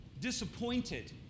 Disappointed